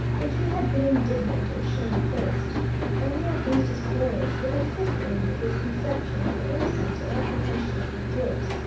if she had been indignant or shame-faced any of these displays would have fitted in with his conception of her innocence or apprehension of her guilt.